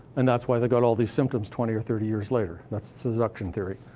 and that's why they've got all these symptoms twenty or thirty years later that's seduction theory.